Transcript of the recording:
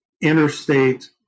interstate